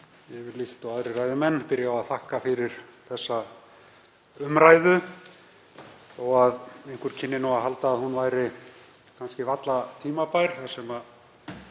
vil líkt og aðrir ræðumenn byrja á að þakka fyrir þessa umræðu, þó að einhver kynni að halda að hún væri varla tímabær þar sem